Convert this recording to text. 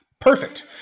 Perfect